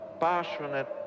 passionate